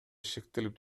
шектелип